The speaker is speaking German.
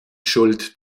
schuld